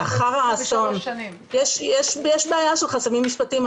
יש בעיה של חסמים משפטיים,